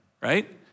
right